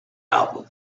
album